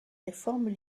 réformes